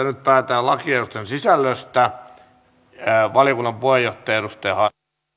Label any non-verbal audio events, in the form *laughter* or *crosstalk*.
*unintelligible* nyt päätetään lakiehdotuksen sisällöstä valiokunnan puheenjohtaja edustaja hassi